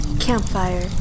Campfire